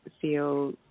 feel